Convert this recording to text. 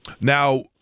Now